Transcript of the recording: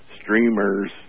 streamers